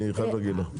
אני חייב לומר.